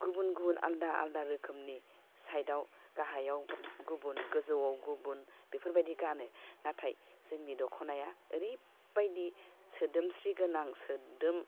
गुबुन गुबुन आलादा आलादा रोखोमनि साइटआव गाहायाव गुबुन गोजौवाव गुबुन बेफोरबायदि गानो नाथाय जोंनि दख'नाया ओरैबायदि सोदोमस्रि गोनां सोद्रोम